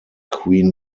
queen